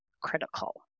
critical